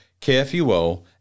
KFUO